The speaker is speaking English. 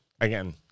again –